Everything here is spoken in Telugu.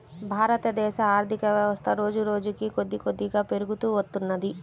భారతదేశ ఆర్ధికవ్యవస్థ రోజురోజుకీ కొద్దికొద్దిగా పెరుగుతూ వత్తున్నది